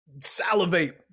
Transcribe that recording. salivate